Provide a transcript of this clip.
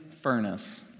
furnace